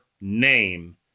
name